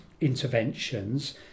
interventions